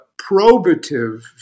probative